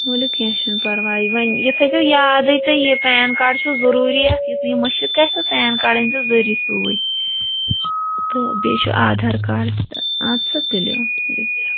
ؤلِو کیٚنٛہہ چھُنہٕ پَرواے وۄنۍ یہِ تھٲے زیو یادٕے تہٕ یہِ پین کاڈ چھُو ضٔروٗری اَتھ یُتھ نہٕ مٔشِد گژھیو پین کاڈ أنۍ زیو ضٔروٗی سۭتۍ تہٕ بیٚیہِ چھُ آدھار کاڈ تہِ تہٕ آد سا تُلِو